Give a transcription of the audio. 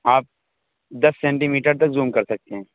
آپ دس centimetre تک زوم کر سکتے ہیں